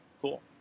cool